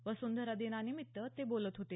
वसुंधरा दिनानिमित्त ते बोलत होते